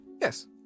Yes